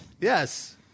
Yes